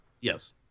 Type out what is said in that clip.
Yes